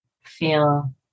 Feel